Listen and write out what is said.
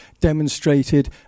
demonstrated